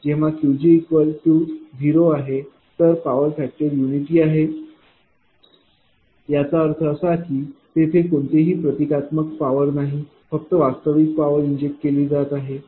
जेव्हा Qg0 आहे तर पॉवर फॅक्टर युनिटी आहे याचा अर्थ असा की तेथे कोणतीही प्रतिक्रियात्मक पॉवर नाही फक्त वास्तविक पॉवर इंजेक्ट केली जात आहे